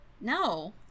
No